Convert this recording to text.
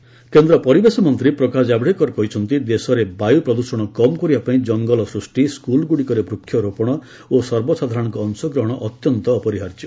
Javadekar pollution କେନ୍ଦ୍ର ପରିବେଶ ମନ୍ତ୍ରୀ ପ୍ରକାଶ ଜାଭଡେକର କହିଛନ୍ତି ଦେଶରେ ବାୟୁ ପ୍ରଦୂଷଣ କମ୍ କରିବା ପାଇଁ ଜଙ୍ଗଲ ସୃଷ୍ଟି ସ୍କୁଲ୍ଗୁଡ଼ିକରେ ବୃକ୍ଷ ରୋପଣ ଓ ସର୍ବସାଧାରଣଙ୍କ ଅଂଶଗ୍ରହଣ ଅତ୍ୟନ୍ତ ଅପରିହାର୍ଯ୍ୟ